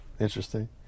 Interesting